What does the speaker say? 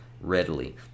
readily